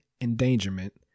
endangerment